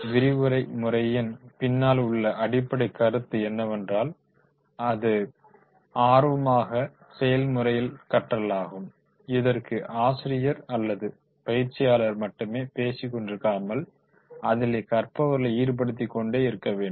விரிவுரை முறையின் பின்னால் உள்ள அடிப்படைக் கருத்து என்னவென்றால் அது ஆர்வமாக செயல்முறையில் கற்றலாகும் இதற்கு ஆசிரியர் அல்லது பயிற்சியாளர் மட்டுமே பேசிக்கொண்டிருக்காமல் அதிலே கற்பவர்களை ஈடுபடுத்திக்கொண்டே இருக்க வேண்டும்